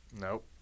Nope